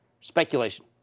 speculation